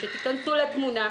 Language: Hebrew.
שתיכנסו לתמונה,